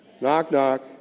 knock-knock